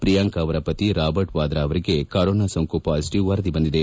ಪ್ರಿಯಾಂಕಾ ಅವರ ಪತಿ ರಾಬರ್ಟ್ ವಾದ್ರಾ ಅವರಿಗೆ ಕೊರೋನಾ ಸೋಂಕು ಪಾಸಿಟಿವ್ ವರದಿ ಬಂದಿದೆ